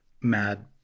mad